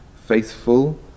faithful